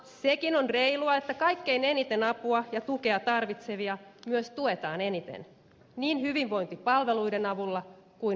sekin on reilua että kaikkein eniten apua ja tukea tarvitsevia myös tuetaan eniten niin hyvinvointipalveluiden avulla kuin rahallisesti